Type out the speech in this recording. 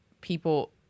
people